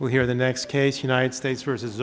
well here the next case united states versus